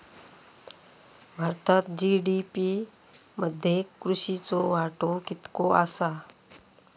भारतात जी.डी.पी मध्ये कृषीचो वाटो कितको आसा?